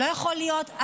לא יכול להיות,